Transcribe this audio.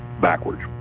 backwards